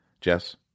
Jess